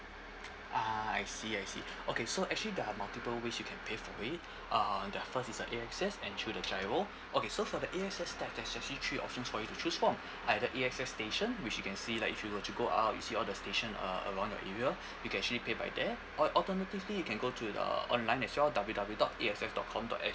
ah I see I see okay so actually there are multiple ways you can pay for it uh the first is the A _X_S and through the GIRO okay so for the A_X_S that that's actually three options for you to choose from like the A_X_S station which you can see like if you were to go out you see all the station uh around your area you can actually pay by there or alternatively you can go to the online as well W W dot A X S dot com dot S G